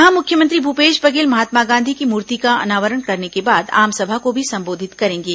यहां मुख्यमंत्री भूपेश बघेल महात्मा गांधी की मूर्ति का अनावरण करने के बाद आमसभा को भी संबोधित करेंगे